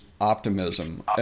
optimism